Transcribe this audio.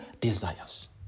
desires